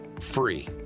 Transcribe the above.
free